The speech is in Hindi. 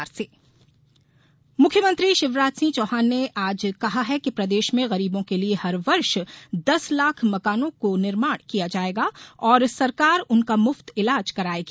सीएम संबल योजना मुख्यमंत्री शिवराज सिंह चौहान ने आज कहा है कि प्रदेश में गरीबों के लिये हर वर्ष दस लाख मकानों को निर्माण किया जायेगा और सरकार उनका मुफ्त इलाज करायेगी